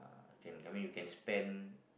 can I mean you can spend